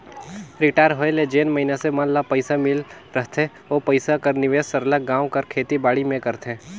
retire होए ले जेन मइनसे मन ल पइसा मिल रहथे ओ पइसा कर निवेस सरलग गाँव कर खेती बाड़ी में करथे